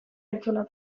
entzuna